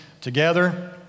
together